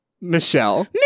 michelle